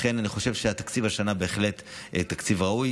לכן אני חושב שהתקציב השנה הוא בהחלט תקציב ראוי.